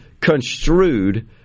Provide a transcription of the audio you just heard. construed